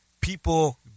people